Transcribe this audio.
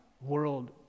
world